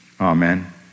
Amen